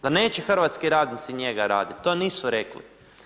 Da neće hrvatski radnici njega raditi, to nisu rekli.